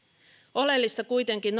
oleellista kuitenkin